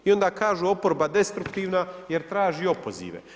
I onda kažu, oporba destruktivna jer traži opozive.